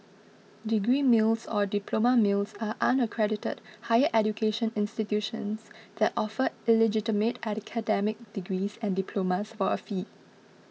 degree mills or diploma mills are unaccredited higher education institutions that offer illegitimate academic degrees and diplomas for a fee